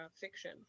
fiction